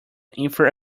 infer